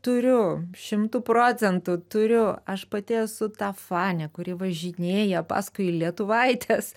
turiu šimtu procentų turiu aš pati esu ta fanė kuri važinėja paskui lietuvaites